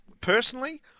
Personally